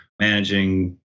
managing